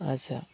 ᱟᱪᱪᱷᱟ